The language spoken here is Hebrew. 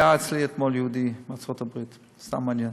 היה אצלי אתמול יהודי מארצות הברית, סתם מעניין,